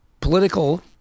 political